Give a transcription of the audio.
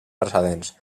precedents